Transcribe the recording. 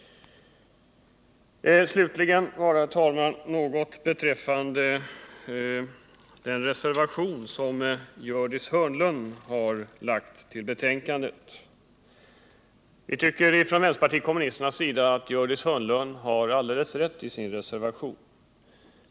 Slutligen, herr talman, några ord beträffande den reservation som Gördis Hörnlund har fogat till betänkandet. Vi tycker från vpk:s sida att Gördis Hörnlund har alldeles rätt i sin reservation.